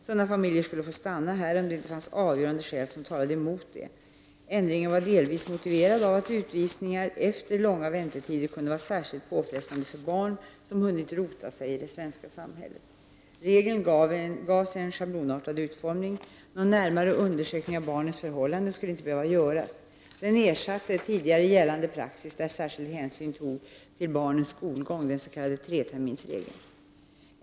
Sådana familjer skulle få stanna här om det inte fanns avgörande skäl som talade emot det. Ändringen var delvis motiverad av att utvisningar efter långa väntetider kunde vara särskilt påfrestande för barn som hunnit rota sig i det svenska samhället. Regeln gavs en schablonartad utformning. Någon närmare undersökning av barnens förhållanden skulle inte behöva göras. Den ersatte en tidigare gällande praxis där särskild hänsyn togs till barnens skolgång — den s.k. treterminsregeln.